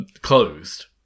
closed